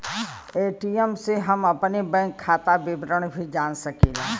ATM से हम अपने बैंक खाता विवरण भी जान सकीला